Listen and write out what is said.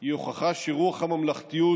היא הוכחה שרוח הממלכתיות